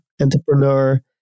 entrepreneur